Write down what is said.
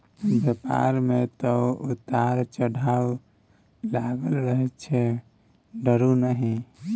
बेपार मे तँ उतार चढ़ाव लागलै रहैत छै डरु नहि